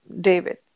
david